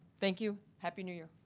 thank you, happy new year.